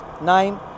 nine